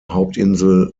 hauptinsel